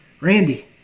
Randy